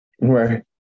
Right